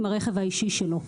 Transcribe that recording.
עם הרכב האישי שלו,